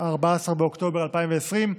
14 באוקטובר 2020,